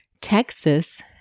Texas